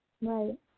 Right